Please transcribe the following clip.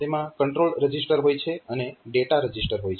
તેમાં control register હોય છે અને ડેટા રજીસ્ટર હોય છે